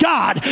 God